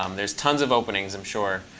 um there's tons of openings, i'm sure.